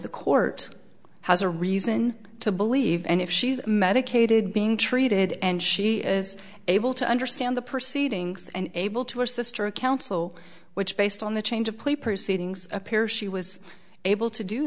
the court has a reason to believe and if she's medicated being treated and she is able to understand the proceedings and able to her sister counsel which based on the change of plea proceedings appear she was able to do